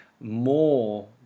more